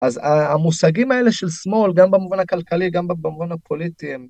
אז המושגים האלה של שמאל, גם במובן הכלכלי, גם במובן הפוליטי הם...